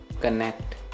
connect